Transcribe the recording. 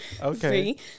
Okay